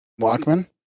Walkman